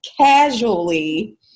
casually